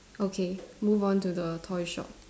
okay move on to the toy shop